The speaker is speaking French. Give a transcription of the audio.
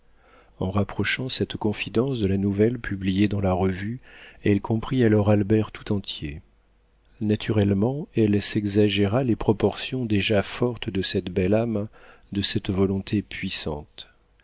en rapprochant cette confidence de la nouvelle publiée dans la revue elle comprit alors albert tout entier naturellement elle s'exagéra les proportions déjà fortes de cette belle âme de cette volonté puissante